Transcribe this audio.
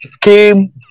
came